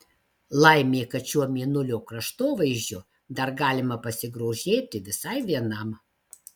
laimė kad šiuo mėnulio kraštovaizdžiu dar galima pasigrožėti visai vienam